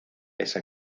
esa